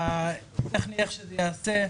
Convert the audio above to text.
איך זה ייעשה באופן ממשי.